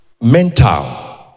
mental